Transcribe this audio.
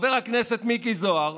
חבר הכנסת מיקי זוהר